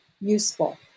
useful